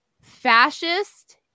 fascist